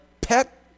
pet